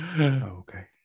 okay